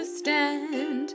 stand